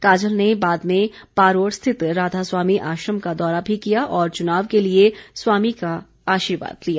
काजल ने बाद में पारोर स्थित राधा स्वामी आश्रम का दौरा भी किया और चुनाव के लिए स्वामी का आशीर्वाद लिया